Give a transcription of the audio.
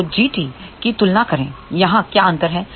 तो Gt की तुलना करें यहाँ क्या अंतर है